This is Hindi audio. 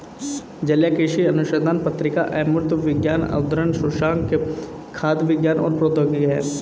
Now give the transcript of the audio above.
जलीय कृषि अनुसंधान पत्रिका अमूर्त विज्ञान उद्धरण सूचकांक खाद्य विज्ञान और प्रौद्योगिकी है